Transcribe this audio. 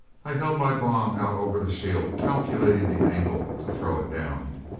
i held my bomb out over the shield, calculating the angle to throw it down.